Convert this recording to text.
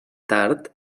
tard